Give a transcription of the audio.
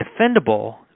defendable